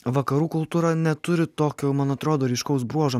vakarų kultūra neturi tokio man atrodo ryškaus bruožo metaforų skaitymo